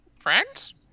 friends